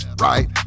Right